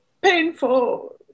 painful